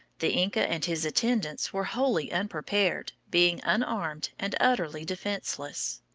the inca and his attendants were wholly unprepared, being unarmed and utterly defenseless.